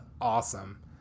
awesome